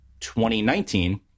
2019